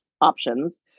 options